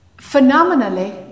Phenomenally